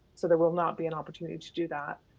so there will not be an opportunity to do that.